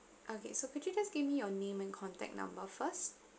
okay so could you just give me your name and contact number first